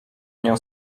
nią